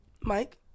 Mike